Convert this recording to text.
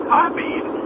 copied